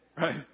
Right